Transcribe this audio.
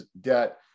debt